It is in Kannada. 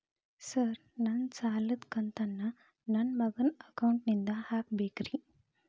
ಸರ್ ನನ್ನ ಸಾಲದ ಕಂತನ್ನು ನನ್ನ ಮಗನ ಅಕೌಂಟ್ ನಿಂದ ಹಾಕಬೇಕ್ರಿ?